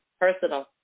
Personal